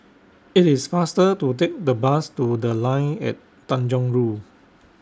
IT IS faster to Take The Bus to The Line At Tanjong Rhu